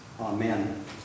Amen